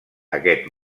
aquest